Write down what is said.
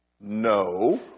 No